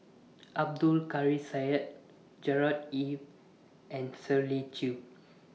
Abdul Kadir Syed Gerard Ee and Shirley Chew